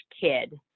kid